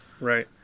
Right